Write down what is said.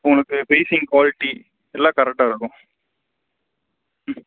உங்களுக்கு freezing quality எல்லாம் கரெக்டாக இருக்கும் ம்